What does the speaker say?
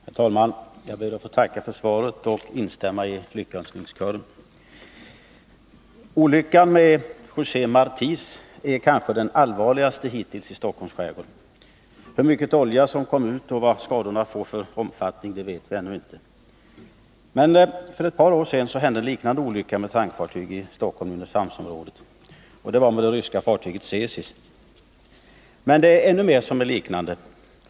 Herr talman! Jag ber att få tacka för svaret och instämma i lyckönskningskören. Olyckan med José Marti är kanske den allvarligaste hittills i Stockholms skärgård. Hur mycket olja som kom ut och vad skadorna får för omfattning vet vi ännu inte. För ett par år sedan hände en liknande olycka med ett tankfartyg i Stockholm-Nynäshamnsområdet, nämligen med det ryska fartyget Tsesis. Flera saker i de båda fallen är likartade.